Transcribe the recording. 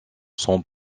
sont